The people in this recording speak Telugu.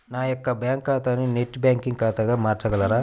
నా యొక్క బ్యాంకు ఖాతాని నెట్ బ్యాంకింగ్ ఖాతాగా మార్చగలరా?